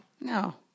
No